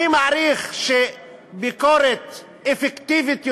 אני מעריך שביקורת אפקטיבית יותר,